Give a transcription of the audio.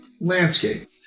landscape